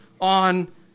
on